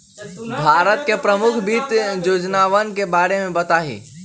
भारत के प्रमुख वित्त योजनावन के बारे में बताहीं